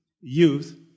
youth